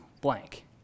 blank